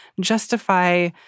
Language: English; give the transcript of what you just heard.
justify